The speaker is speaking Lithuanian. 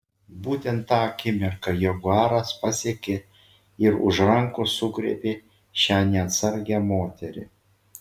būtent tą akimirką jaguaras pasiekė ir už rankos sugriebė šią neatsargią moterį